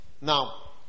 Now